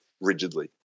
rigidly